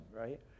right